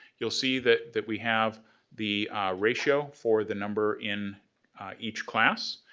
you'll see that that we have the ratio for the number in each class,